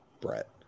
Brett